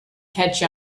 catch